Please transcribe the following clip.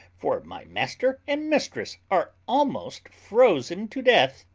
for my master and mistress are almost frozen to death.